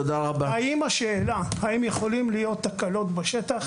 לגבי השאלה: "האם יכולות להיות תקלות בשטח?"